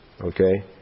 Okay